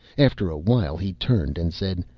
after a while he turned and said,